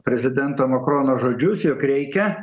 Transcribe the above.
prezidento makrono žodžius jog reikia